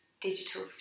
digital